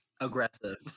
aggressive